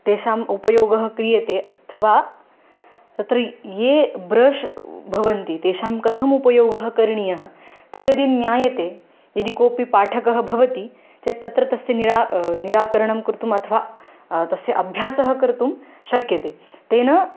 तेषाम् उपयोगः क्रियते अथवा तत्र ये ब्रश् भवन्ति तेषां कथम् उपयोगं करणीयं तद्यदि ज्ञायते यदि कोपि पाठकः भवति चेत् तत्र तस्य निरा निराकरणं कुर्तुम् अथवा तस्य अभ्यासं कर्तुं शक्यते तेन